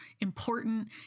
important